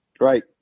Right